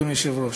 אדוני היושב-ראש,